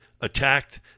attacked